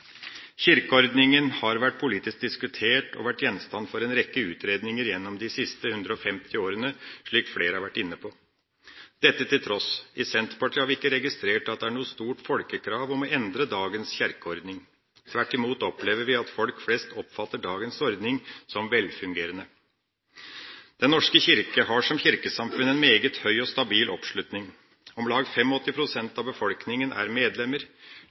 har vært politisk diskutert og vært gjenstand for en rekke utredninger gjennom de siste 150 årene, slik flere har vært inne på. Dette til tross, i Senterpartiet har vi ikke registrert at det er noe stort folkekrav om å endre dagens kirkeordning. Tvert imot opplever vi at folk flest oppfatter dagens ordning som velfungerende. Den norske kirke har som kirkesamfunn en meget høy og stabil oppslutning. Om lag 85 pst. av befolkningen er medlemmer.